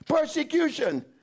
persecution